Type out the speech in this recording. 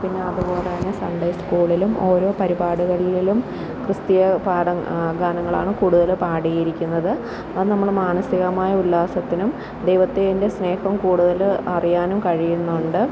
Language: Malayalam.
പിന്നെ അതുപോലെ തന്നെ സൺഡേ സ്കൂളിലും ഓരോ പരിപാടികളിലും ക്രിസ്തീയ പാഠ ഗാനങ്ങളാണ് കൂടുതൽ പാടിയിരിക്കുന്നത് അത് നമ്മൾ മാനസികമായ ഉല്ലാസത്തിനും ദൈവത്തിന്റെ സ്നേഹം കൂടുതൽ അറിയാനും കഴിയുന്നുണ്ട്